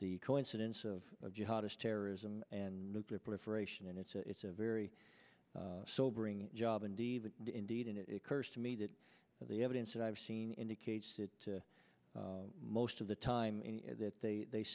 the coincidence of jihad is terrorism and nuclear proliferation and it's a it's a very sobering job indeed indeed and it occurs to me that the evidence that i've seen indicates that most of the time that they